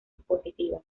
positivas